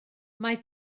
mae